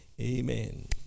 Amen